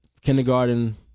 kindergarten